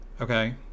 okay